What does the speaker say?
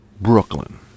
Brooklyn